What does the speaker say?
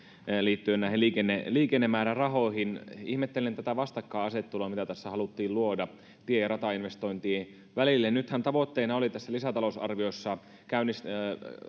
liittyen näihin liikennemäärärahoihin ihmettelen tätä vastakkainasettelua mitä tässä haluttiin luoda tie ja ratainvestointien välille nythän tavoitteena tässä lisätalousarviossa oli